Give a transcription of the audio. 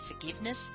forgiveness